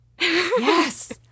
Yes